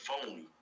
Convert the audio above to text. phony